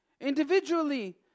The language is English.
individually